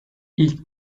i̇lk